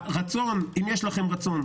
אם יש לכם רצון,